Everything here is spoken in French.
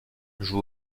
joue